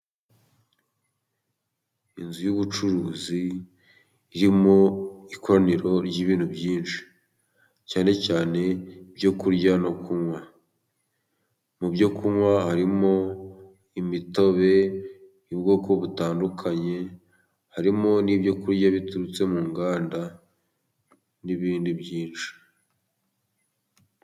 Inzu y'ubucuruzi irimo ikoraniro ry'ibintu byinshi, cyane cyane ibyo kurya no kunywa . Mu byo kunywa harimo imitobe y'ubwoko butandukanye, harimo n'ibyo kurya biturutse mu nganda n'ibindi byinshi.